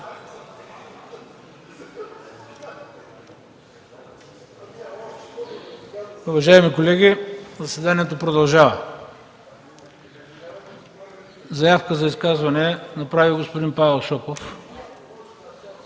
Уважаеми колеги, заседанието продължава. Заявка за изказване е направил господин Павел Шопов.